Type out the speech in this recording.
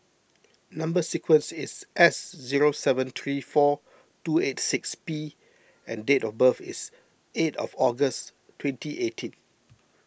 Number Sequence is S zero seven three four two eight six P and date of birth is eight of August twenty eighteen